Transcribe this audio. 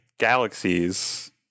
galaxies